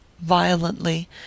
violently